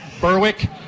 Berwick